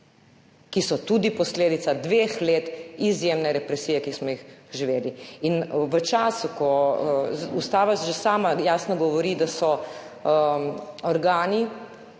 ki so tudi posledica dveh let izjemne represije, ki smo jih doživeli. V času, ko Ustava že sama jasno govori, da so organi,